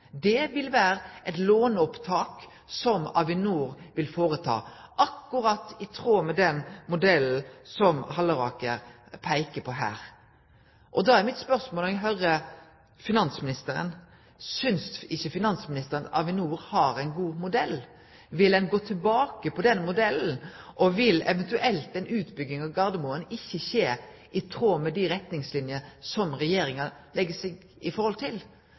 Det vil vere eit låneopptak som Avinor vil føreta – akkurat i tråd med den modellen som Halleraker peiker på her. Da er mitt spørsmål: Synest ikkje finansministeren at Avinor har ein god modell? Vil ein gå tilbake på den modellen, og vil eventuelt ei utbygging av Gardermoen ikkje skje i tråd med dei retningslinjene som Regjeringa legg opp til? Det er i